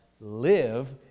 live